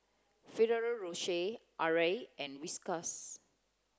Ferrero Rocher Arai and Whiskas